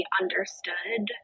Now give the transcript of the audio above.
understood